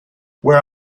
where